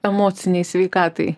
emocinei sveikatai